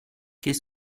qu’est